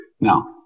Now